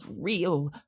real